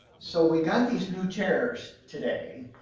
so we got these new chairs today